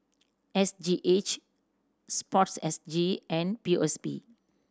S G H SPORTSG and P O S B